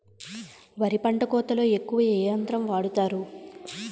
వరి పంట కోతలొ ఎక్కువ ఏ యంత్రం వాడతారు?